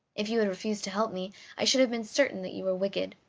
if you had refused to help me i should have been certain that you were wicked.